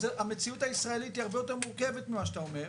המציאות הישראלית היא הרבה יותר מורכבת ממה שאתה אומר,